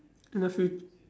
in the fut~